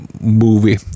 movie